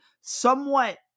somewhat